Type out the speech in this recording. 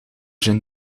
zijn